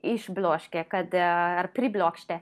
išbloškė kad ar priblokštė